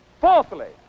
Fourthly